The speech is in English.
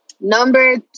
number